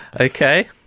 Okay